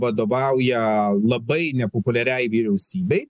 vadovauja labai nepopuliariai vyriausybei